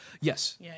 Yes